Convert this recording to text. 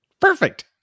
Perfect